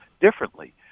differently